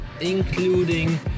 including